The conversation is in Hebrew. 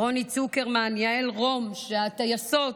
רוני צוקרמן ויעל רום הטייסות.